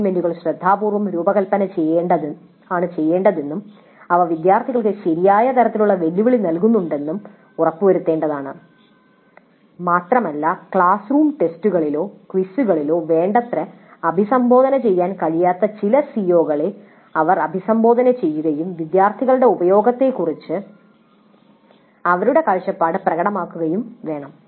അസൈൻമെന്റുകൾ ശ്രദ്ധാപൂർവ്വം രൂപകൽപ്പന ചെയ്യേണ്ടതും അവ വിദ്യാർത്ഥികൾക്ക് ശരിയായ തരത്തിലുള്ള വെല്ലുവിളി നൽകുന്നുണ്ടെന്ന് ഉറപ്പുവരുത്തേണ്ടതുമാണ് മാത്രമല്ല ക്ലാസ് റൂം ടെസ്റ്റുകളിലോ ക്വിസുകളിലോ വേണ്ടത്ര അഭിസംബോധന ചെയ്യാൻ കഴിയാത്ത ചില സിഒകളെ അവർ അഭിസംബോധന ചെയ്യുകയും വിദ്യാർത്ഥികളുടെ ഉപയോഗത്തെക്കുറിച്ച് അവരുടെ കാഴ്ചപ്പാട് പ്രകടിപ്പിക്കുകയും വേണം